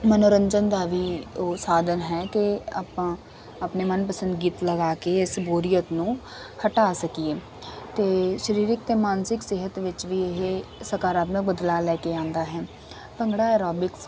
ਮਨੋਰੰਜਨ ਦਾ ਵੀ ਉਹ ਸਾਧਨ ਹੈ ਕਿ ਆਪਾਂ ਆਪਣੇ ਮਨਪਸੰਦ ਗੀਤ ਲਗਾ ਕੇ ਇਸ ਬੋਰੀਅਤ ਨੂੰ ਹਟਾ ਸਕੀਏ ਅਤੇ ਸਰੀਰਿਕ ਅਤੇ ਮਾਨਸਿਕ ਸਿਹਤ ਵਿੱਚ ਵੀ ਇਹ ਸਕਾਰਾਤਮਕ ਬਦਲਾਅ ਲੈ ਕੇ ਆਉਂਦਾ ਹੈ ਭੰਗੜਾ ਐਰੋਬਿਕਸ